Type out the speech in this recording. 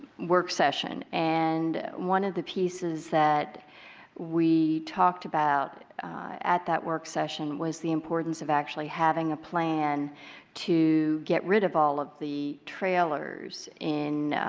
work session. and one of the pieces that we talked about at that work session was the importance of actually having a plan to get rid of all of the trailers